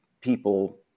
people